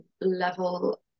level